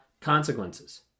consequences